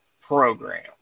program